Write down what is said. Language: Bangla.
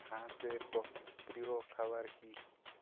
হাঁস এর প্রিয় খাবার কি?